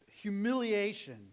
humiliation